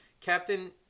Captain